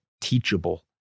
teachable